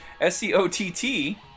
S-C-O-T-T